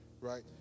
right